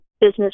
business